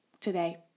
today